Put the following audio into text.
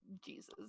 Jesus